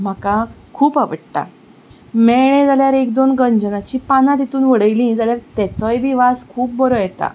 म्हाका खूब आवडटा मेळ्ळें जाल्यार एक दोन गंजनाचीं पानां तितून वडयलीं जाल्यार तेचोय बी वास खूब बरो येता